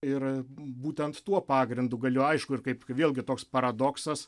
ir būtent tuo pagrindu galėjo aišku ir kaip vėlgi toks paradoksas